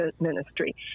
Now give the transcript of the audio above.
ministry